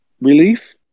relief